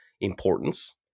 importance